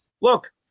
Look